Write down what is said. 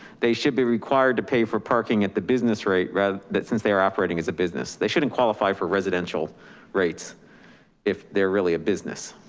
they should be required to pay for parking at the business rate, rather than but since they are operating as a business, they shouldn't qualify for residential rates if they're really a business.